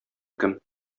кем